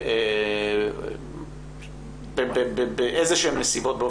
באיזשהן נסיבות?